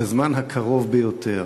בזמן הקרוב ביותר.